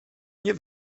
nie